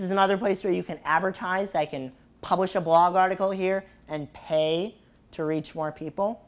is another place where you can advertise they can publish a blog article here and pay to reach more people